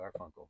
Garfunkel